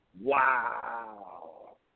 Wow